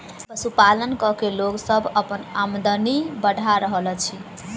पशुपालन क के लोक सभ अपन आमदनी बढ़ा रहल अछि